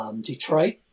Detroit